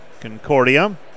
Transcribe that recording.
Concordia